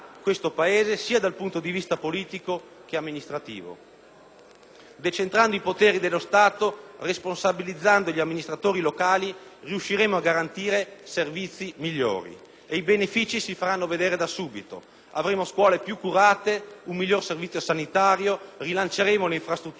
Decentrando i poteri dello Stato e responsabilizzando gli amministratori locali riusciremo a garantire servizi migliori ed i benefici si faranno vedere da subito: avremo scuole più curate ed un miglior servizio sanitario, rilanceremo le infrastrutture locali garantendo anche una miglior gestione del trasporto pubblico.